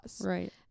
Right